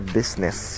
Business